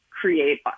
create